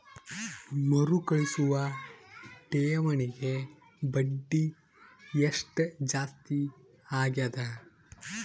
ಮರುಕಳಿಸುವ ಠೇವಣಿಗೆ ಬಡ್ಡಿ ಎಷ್ಟ ಜಾಸ್ತಿ ಆಗೆದ?